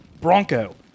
Bronco